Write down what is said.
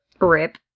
Rip